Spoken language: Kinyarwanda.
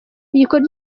igikorwa